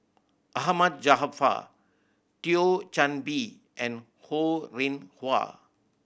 Ahmad Jaafar Thio Chan Bee and Ho Rih Hwa